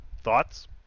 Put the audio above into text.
Thoughts